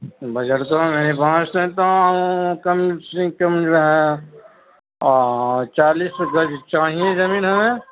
budget تو ہے میرے پاس کم سے کم جو ہے چالیس گز چاہئے زمین ہمیں